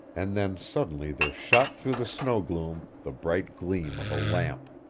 and then suddenly there shot through the snow-gloom the bright gleam of a lamp.